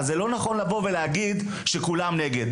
זה לא נכון לבוא ולהגיד שכולם נגד.